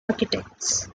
architects